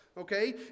Okay